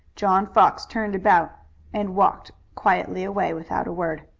john fox turned about and walked quietly away without a word.